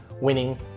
winning